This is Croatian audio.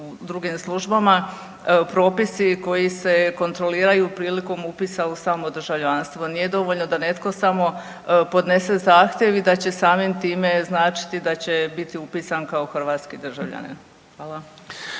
drugim službama propisi koji se kontroliraju prilikom upisa u samo državljanstvo. Nije dovoljno da netko samo podnese zahtjev i da će samim time značiti da će biti upisan kao hrvatski državljanin. Hvala.